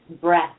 breath